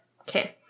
Okay